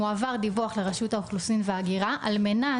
מועבר דיווח לרשות האוכלוסין וההגירה על מנת